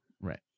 Right